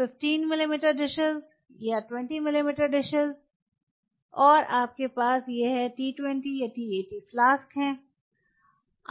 15 मिमी डिशेस या 20 मिमी गिलास के डिशेस और आपके पास यह T20 T80 फ्लास्क है